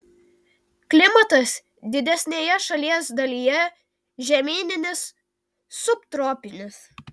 klimatas didesnėje šalies dalyje žemyninis subtropinis